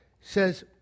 says